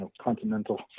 continental